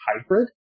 hybrid